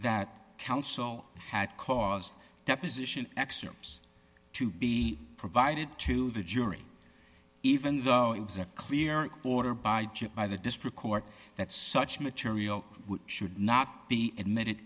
that counsel had caused deposition excerpts to be provided to the jury even though it was a clear border budget by the district court that such material should not be admitted